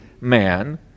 man